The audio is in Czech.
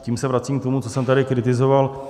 Tím se vracím k tomu, co jsem tady kritizoval.